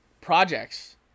projects